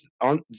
on